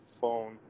phone